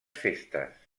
festes